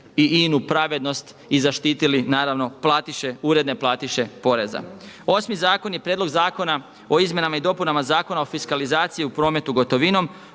i inu pravednost i zaštitili naravno platiše, uredne platiše poreza. Osmi zakon je Prijedlog zakona o izmjenama i dopunama zakona o fiskalizaciji u prometu gotovinom.